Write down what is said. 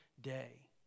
day